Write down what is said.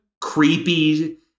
creepy